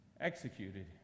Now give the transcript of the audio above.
executed